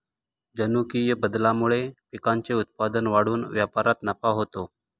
जनुकीय बदलामुळे पिकांचे उत्पादन वाढून व्यापारात नफा होतो